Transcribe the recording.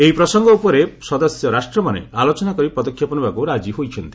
ଏହି ପ୍ରସଙ୍ଗ ଉପରେ ଉପରେ ସଦସ୍ୟ ରାଷ୍ଟ୍ରମାନେ ଆଲୋଚନା କରି ପଦକ୍ଷେପ ନେବାକ୍ ରାଜି ହୋଇଛନ୍ତି